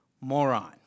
moron